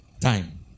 time